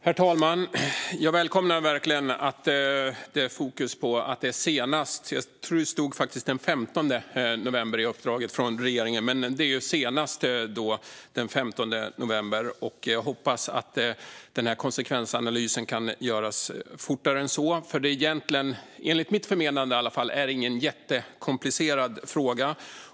Herr talman! Jag välkomnar verkligen fokuset på "senast". Jag tror faktiskt att det stod den 15 november i uppdraget från regeringen, men det är alltså senast den 15 november. Jag hoppas att konsekvensanalysen kan göras fortare än så, för egentligen - i alla fall enligt mitt förmenande - är det ingen jättekomplicerad fråga.